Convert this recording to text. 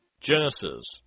Genesis